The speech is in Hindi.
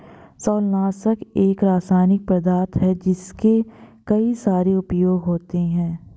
शैवालनाशक एक रासायनिक पदार्थ है जिसके कई सारे उपयोग होते हैं